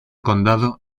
condado